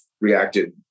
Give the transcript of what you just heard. reacted